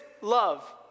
love